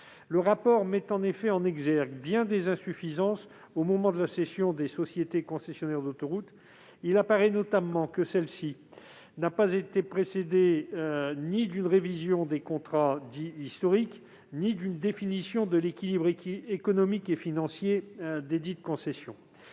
Le rapport met en effet en évidence bien des insuffisances, observables au moment de la cession des sociétés concessionnaires d'autoroutes. Il semble notamment que celle-ci n'ait été précédée ni d'une révision des contrats dits « historiques » ni d'une définition de l'équilibre économique et financier des concessions.